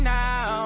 now